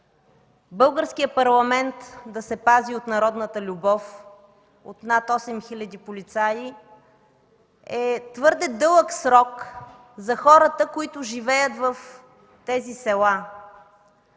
българският парламент да се пази от народната любов от над 8000 полицаи – твърде дълъг срок за хората, които живеят в тези села.